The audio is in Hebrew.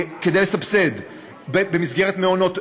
כדי לסבסד במסגרת מעונות,